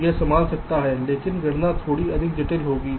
तो यह संभाल सकता है लेकिन गणना थोड़ी अधिक जटिल होगी